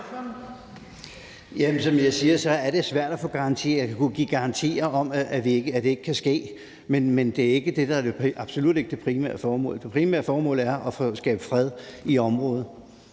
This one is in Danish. Som jeg siger, er det svært at give garantier. Jeg kunne give garantier om, at det ikke kan ske, og jeg håber absolut ikke, at det kan ske. Men det er absolut ikke det primære formål. Det primære formål er at skabe fred i området.